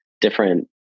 different